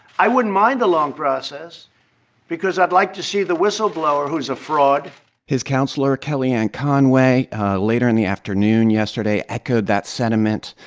i wouldn't mind the long process because i'd like to see the whistleblower, who's a fraud his counselor kellyanne conway later in the afternoon yesterday echoed that sentiment.